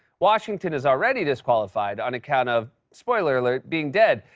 washington is already disqualified on account of, spoiler alert, being dead.